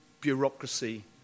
bureaucracy